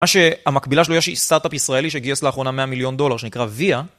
מה שהמקבילה שלו היא שסטארט-אפ ישראלי שגייס לאחרונה 100 מיליון דולר שנקרא Via